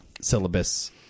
syllabus